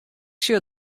sjoch